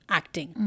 acting